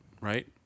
right